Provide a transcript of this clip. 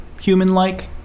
human-like